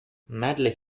medley